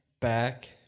back